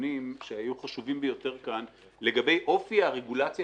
מהדיונים שהיו חשובים ביותר כאן לגבי אופי הרגולציה